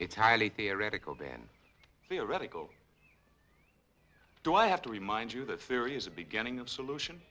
it's highly theoretical been theoretical do i have to remind you that theory is the beginning of solution